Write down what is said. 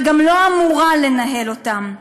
וגם לא אמורה לנהל אותם.